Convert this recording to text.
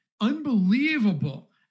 unbelievable